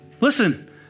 Listen